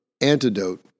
antidote